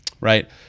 right